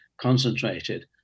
concentrated